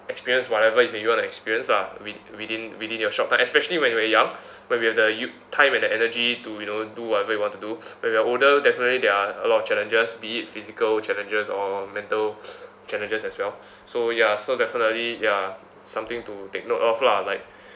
experience whatever that you want to experience lah wi~ within within your short time especially when we are young when we have the you~ time and energy to you know do whatever we want to do when we are older definitely there are a lot of challenges be it physical challenges or mental challenges as well so ya so definitely ya something to take note of lah like